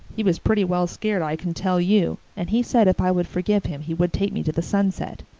he was pretty well scared, i can tell you, and he said if i would forgive him he would take me to the sunset.